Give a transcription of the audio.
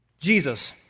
Jesus